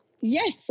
Yes